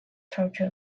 turtle